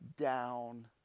down